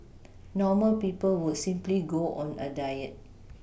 normal people would simply go on a diet